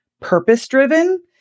purpose-driven